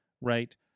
right